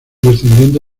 descendiente